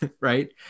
Right